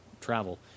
travel